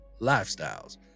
lifestyles